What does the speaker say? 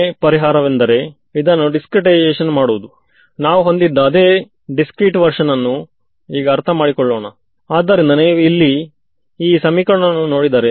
ವಿದ್ಯಾರ್ಥಿಇನ್ಸಿಡೆಂಟ್ wave incident wave ಒಂದು ನಿಮಗೆ ಕೊಟ್ಟ ವೇವ್ ಆಗಿದೆ